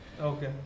Okay